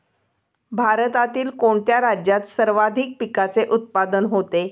भारतातील कोणत्या राज्यात सर्वाधिक पिकाचे उत्पादन होते?